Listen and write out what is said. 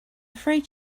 afraid